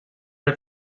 det